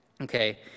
Okay